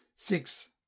Six